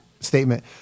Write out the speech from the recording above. statement